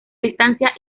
distancia